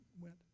went